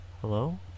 Hello